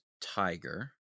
Tiger